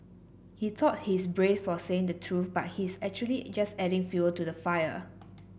he thought he's brave for saying the truth but he's actually just adding fuel to the fire